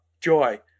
joy